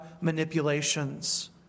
manipulations